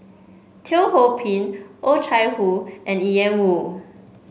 Teo Ho Pin Oh Chai Hoo and Ian Woo